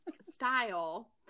style